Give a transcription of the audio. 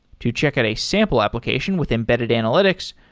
to check out a sample application with embedded analytics,